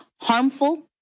harmful